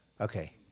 Okay